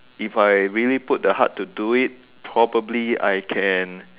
if I really put the heart to do it probably I can